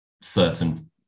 certain